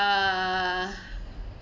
err